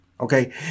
okay